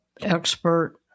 expert